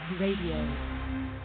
radio